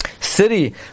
City